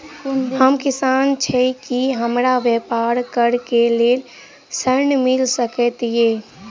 हम किसान छी की हमरा ब्यपार करऽ केँ लेल ऋण मिल सकैत ये?